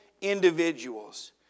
individuals